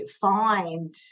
find